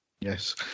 Yes